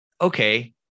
okay